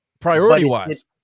Priority-wise